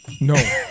No